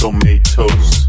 Tomatoes